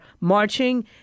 marching